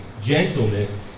gentleness